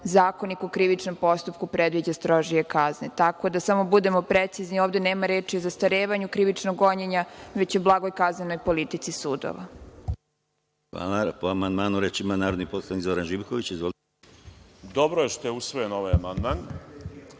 Zakonik o krivičnom postupku predviđa strožije kazne. Tako da samo budemo precizni, ovde nema reči o zastarevanju krivičnog gonjenja, već o blagoj kaznenoj politici sudova.